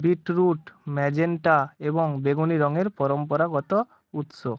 beetroot magenta এবং বেগুনি রঙের পরম্পরাগত উৎস